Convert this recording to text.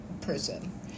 person